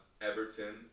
Everton